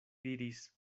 diris